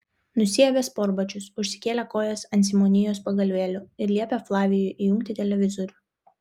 nusiavė sportbačius užsikėlė kojas ant simonijos pagalvėlių ir liepė flavijui įjungti televizorių